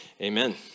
amen